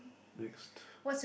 next